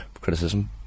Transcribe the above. criticism